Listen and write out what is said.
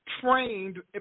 trained